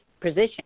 position